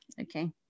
Okay